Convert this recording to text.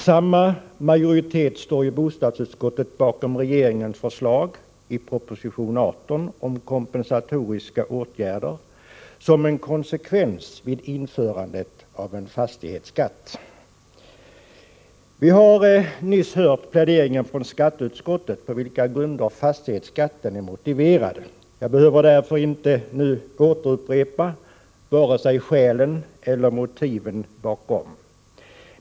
Samma majoritet står i bostadsutskottet bakom regeringens förslag i proposition 18 om kompensatoriska åtgärder som en konsekvens vid införandet av en fastighetsskatt. Vi har nyss hört pläderingen från skatteutskottets sida om på vilka grunder fastighetsskatten är motiverad. Jag behöver därför inte upprepa vare sig skälen eller motiven.